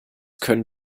können